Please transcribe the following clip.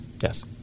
Yes